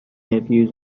nephew